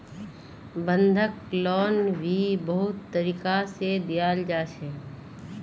बंधक लोन भी बहुत तरीका से दियाल जा छे